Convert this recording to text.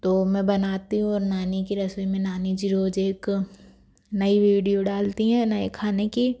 तो मैं बनाती हूँ और नानी की रसोई में नानी जी रोज़ एक नई वीडियो डालती हैं नए खाने की